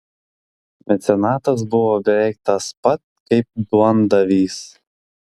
mecenatas buvo beveik tas pat kaip duondavys